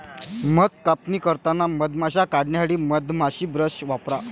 मध कापणी करताना मधमाश्या काढण्यासाठी मधमाशी ब्रश वापरा